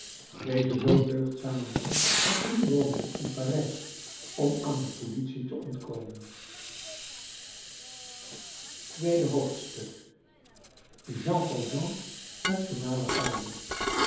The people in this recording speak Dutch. deze zoo deugdzame man had drie woningen in parijs om aan de politie te ontkomen tweede hoofdstuk jean valjean nationale garde